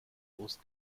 brust